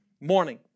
morning